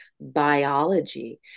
biology